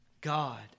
God